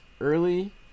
early